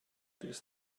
this